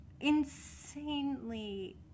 insanely